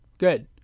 Good